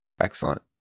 Excellent